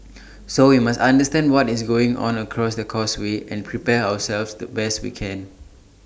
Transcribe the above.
so we must understand what is going on across the causeway and prepare ourselves the best we can